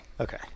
Okay